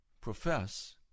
profess